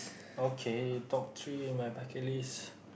okay top three my bucket list